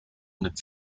mit